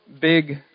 big